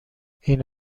این